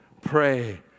Pray